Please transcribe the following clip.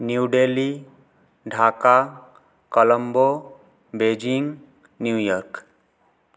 New Delhi Dhaka Colombo Beijing New York